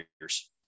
years